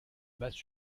basse